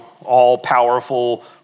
all-powerful